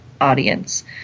audience